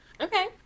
Okay